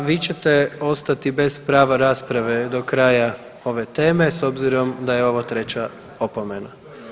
A vi ćete ostati bez prava rasprave do kraja ove teme s obzirom da je ovo treća opomena.